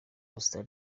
costa